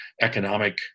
economic